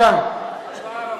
אדוני היושב-ראש,